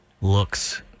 looks